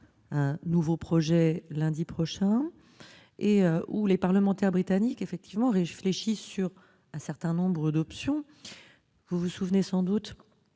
un nouveau projet lundi prochain. Effectivement, les parlementaires britanniques réfléchissent à un certain nombre d'options. Vous vous souvenez sans doute